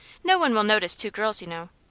no one will notice two girls, you know.